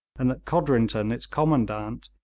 and that codrington, its commandant,